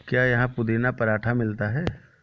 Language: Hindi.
क्या यहाँ पुदीना पराठा मिलता है?